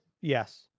yes